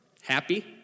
Happy